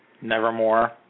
nevermore